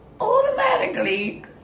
automatically